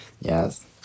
Yes